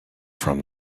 from